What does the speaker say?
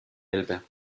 elbe